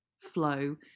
flow